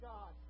God